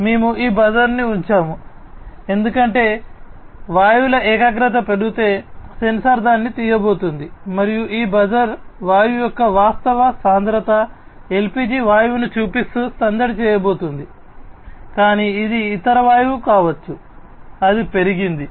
మేము ఈ బజర్ను ఉంచాము ఎందుకంటే వాయువుల ఏకాగ్రత పెరిగితే సెన్సార్ దాన్ని తీయబోతోంది మరియు ఈ బజర్ వాయువు యొక్క వాస్తవ సాంద్రత ఎల్పిజి వాయువును చూపిస్తూ సందడి చేయబోతోంది కానీ ఇది ఇతర వాయువు కావచ్చు అది పెరిగింది